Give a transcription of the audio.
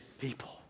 people